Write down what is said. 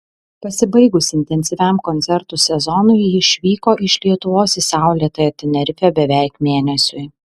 pasibaigus intensyviam koncertų sezonui ji išvyko iš lietuvos į saulėtąją tenerifę beveik mėnesiui